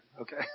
Okay